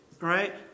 right